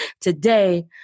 Today